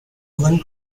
one